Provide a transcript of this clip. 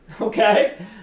okay